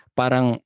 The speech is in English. parang